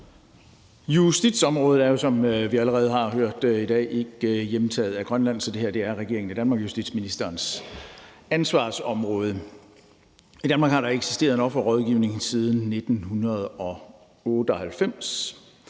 Justitsområdet er, som vi allerede har hørt det i dag, ikke hjemtaget af Grønland, så det her er regeringen i Danmark og justitsministerens ansvarsområde. I Danmark har der eksisteret en offerrådgivning siden 1998.